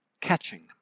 Catching